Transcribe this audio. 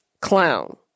clown